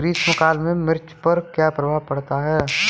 ग्रीष्म काल में मिर्च पर क्या प्रभाव पड़ता है?